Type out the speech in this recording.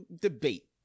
debate